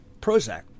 Prozac